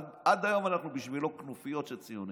עד היום אנחנו בשבילו כנופיות של ציונים.